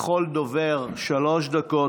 לכל דובר שלוש דקות.